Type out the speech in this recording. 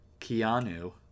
Keanu